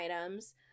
items